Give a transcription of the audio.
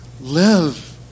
live